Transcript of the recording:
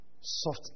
Soft